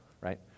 right